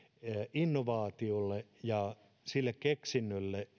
innovaatiolle ja sille keksinnölle